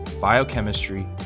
biochemistry